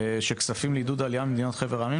שכספים לעידוד עלייה ממדינות חבר העמים